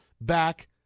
back